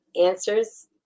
answers